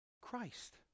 Christ